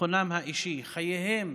ביטחונם האישי וחייהם